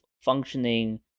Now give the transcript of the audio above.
functioning